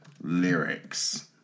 lyrics